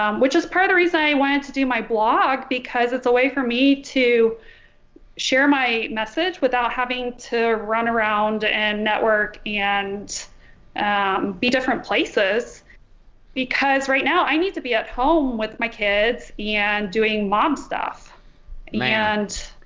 um which is per the reason i wanted to do my blog because it's a way for me to share my message without having to run around and work and be different places because right now i need to be at home with my kids yeah and doing mom stuff and.